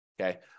okay